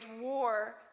war